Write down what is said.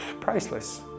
priceless